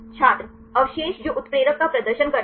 छात्र अवशेष जो उत्प्रेरक का प्रदर्शन करते हैं